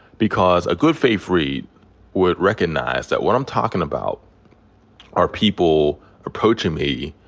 because a good faith read would recognize that what i'm talking about are people approaching me